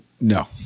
No